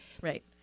right